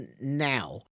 now